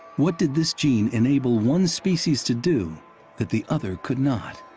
what did this gene enable one species to do that the other could not?